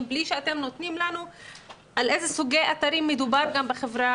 בלי לפרט לנו על איזה סוגי אתרים מדובר בחברה